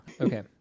Okay